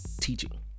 teaching